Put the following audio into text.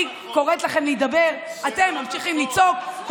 אני קוראת לכם להידבר, אתם ממשיכים לצעוק.